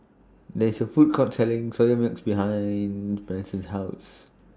There IS A Food Court Selling Soya Milk behind Branson's House